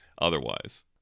Otherwise